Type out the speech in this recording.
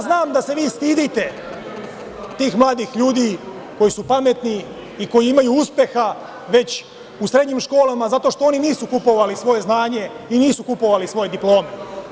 Znam da se vi stidite tih mladih ljudi koji su pametni i koji imaju uspeha već u srednjim školama, zato što oni nisu kupovali svoje znanje i nisu kupovali svoje diplome.